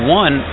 one